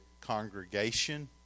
congregation